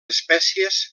espècies